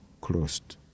closed